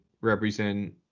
represent